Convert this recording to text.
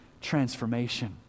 transformation